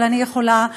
אבל אני יכולה לדבר.